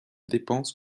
dépenses